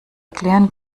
erklären